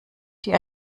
die